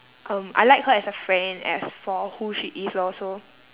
um I like her as a friend as for who she is lor so